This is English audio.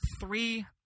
three –